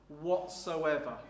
whatsoever